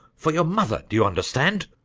for your mother, do you understand?